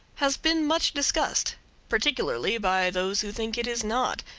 has been much discussed particularly by those who think it is not,